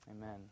Amen